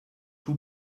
two